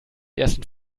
ersten